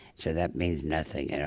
so that means nothing at all.